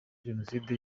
jenoside